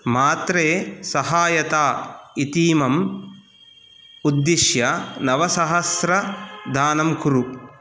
मात्रे सहायता इतीमम् उद्दिश्य नवसहस्र दानं कुरु